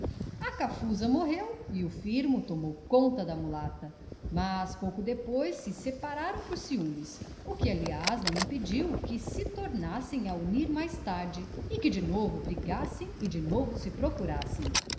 cafuza morreu e o firmo tomou conta da mulata mas pouco depois se separaram por ciúmes o que aliás não impediu que se tornassem a unir mais tarde e que de novo brigassem e de novo se procurassem